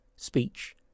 Speech